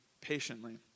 patiently